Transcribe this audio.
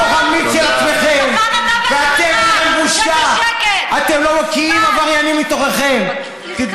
בתוך המיץ של עצמכם ואתם, אין לכם בושה, שב בשקט.